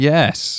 Yes